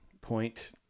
point